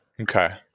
Okay